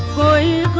boy